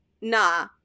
nah